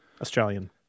Australian